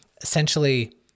essentially